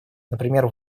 например